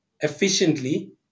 efficiently